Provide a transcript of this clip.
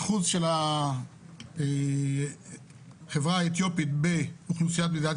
האחוז של החברה האתיופית באוכלוסיית מדינת